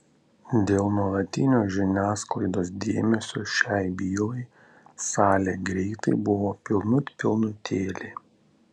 dėl nuolatinio žiniasklaidos dėmesio šiai bylai salė greitai buvo pilnut pilnutėlė